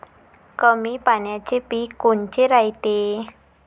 कमी पाण्याचे पीक कोनचे रायते?